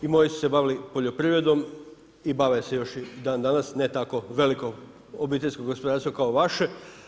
I moji su se bavili poljoprivredom i bave se i dan danas, ne tako veliko obiteljsko gospodarstvo kao vaše.